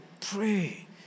pray